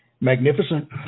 Magnificent